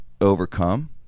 overcome